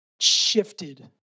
shifted